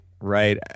right